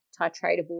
titratable